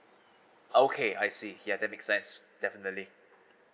okay I see ya that make sense definitely